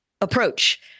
approach